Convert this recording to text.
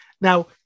Now